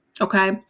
okay